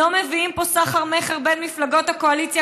לא מביאים פה סחר-מכר בין מפלגות הקואליציה,